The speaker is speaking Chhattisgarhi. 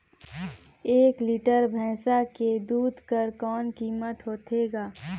एक लीटर भैंसा के दूध कर कौन कीमत होथे ग?